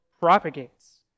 propagates